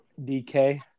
DK